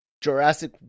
jurassic